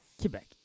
Quebec